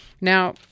Now